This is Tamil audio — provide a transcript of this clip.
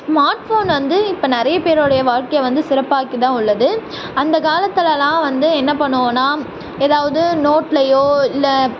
ஸ்மார்ட் ஃபோன் வந்து இப்போ நிறைய பேரோடைய வாழ்க்கையை வந்து சிறப்பாக்கி தான் உள்ளது அந்த காலத்தில்லாம் வந்து என்ன பண்ணுவோன்னா ஏதாவது நோட்லையோ இல்லை